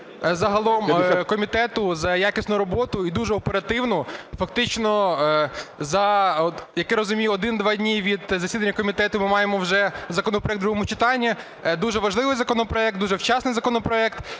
загалом комітету за якісну роботу і дуже оперативну. Фактично за, як я розумію, один, два дні від засідання комітету, ми маємо вже законопроект у другому читанні. Дуже важливий законопроект, дуже вчасний законопроект.